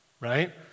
right